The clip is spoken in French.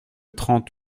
trente